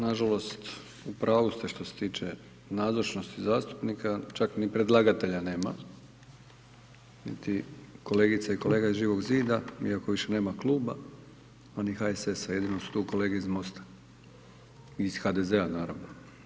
Nažalost u pravu ste što se tiče nazočnosti zastupnika, čak ni predlagatelja nema, niti kolegica i kolega iz Živog zida iako više nema kluba, a ni HSS-a, jedino su tu kolege iz MOST-a i iz HDZ-a naravno.